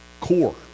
core